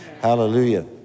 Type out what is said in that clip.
Hallelujah